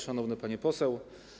Szanowne Panie Poseł!